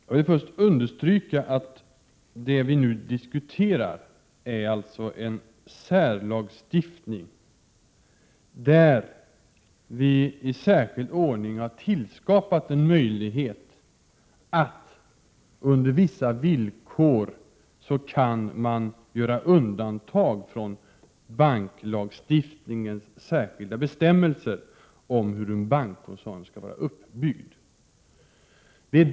Herr talman! Jag vill först understryka att vad vi nu diskuterar är en särlagstiftning som innebär att vi i särskild ordning har tillskapat en möjlighet att på vissa villkor göra undantag från banklagstiftningens särskilda bestämmelser om hur en bankkoncern skall vara uppbyggd.